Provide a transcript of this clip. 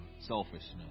selfishness